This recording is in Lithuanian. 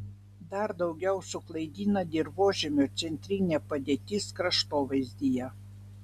dar daugiau suklaidina dirvožemio centrinė padėtis kraštovaizdyje